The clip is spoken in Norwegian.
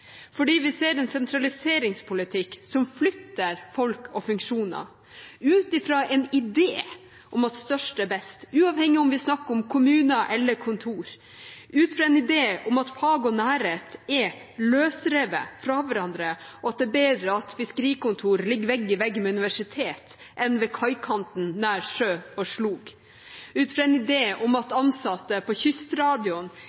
vi ser en sentraliseringspolitikk som flytter folk og funksjoner, ut fra en idé om at størst er best, uavhengig av om vi snakker om kommuner eller kontor, ut fra en idé om at fag og nærhet er løsrevet fra hverandre, og at det er bedre at fiskerikontor ligger vegg i vegg med universitet enn ved kaikanten, nær sjø og slo, ut fra en idé om at